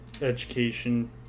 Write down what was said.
education